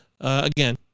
Again